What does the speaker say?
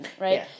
right